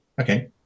Okay